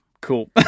Cool